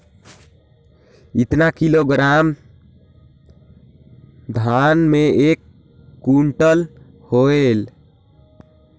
कतना किलोग्राम धान मे एक कुंटल होयल?